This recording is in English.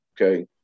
okay